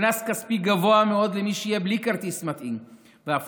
קנס כספי גבוה מאוד למי שיהיה בלי כרטיס מתאים ואף